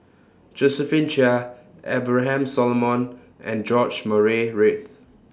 Josephine Chia Abraham Solomon and George Murray Reith